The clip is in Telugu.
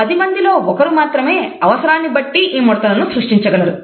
పదిమందిలో ఒకరు మాత్రమే అవసరాన్ని బట్టి ఈ ముడతలను సృష్టించగలరు